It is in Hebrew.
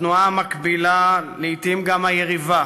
התנועה המקבילה, לעתים גם היריבה,